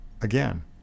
again